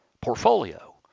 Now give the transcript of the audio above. portfolio